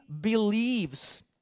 believes